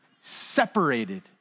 separated